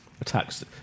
attacks